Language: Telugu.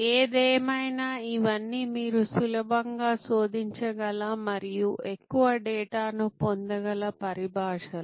ఏదేమైనా ఇవన్నీ మీరు సులభంగా శోధించగల మరియు ఎక్కువ డేటాను పొందగల పరిభాషలు